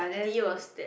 D was that